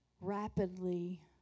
rapidly